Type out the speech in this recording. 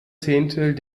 zehntel